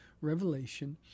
Revelation